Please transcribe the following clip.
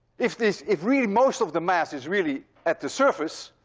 if this. if really most of the mass is really at the surface,